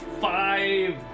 five